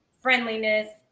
friendliness